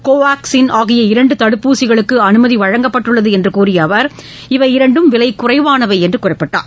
கோவாக்ஸீன் ஆகிய இரண்டு தடுப்பூசிகளுக்கு அனுமதி வழங்கப்பட்டுள்ளது என்று கூறிய அவர் இவை இரண்டும் விலை குறைவானவை என்று குறிப்பிட்டார்